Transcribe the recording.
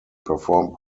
performed